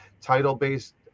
title-based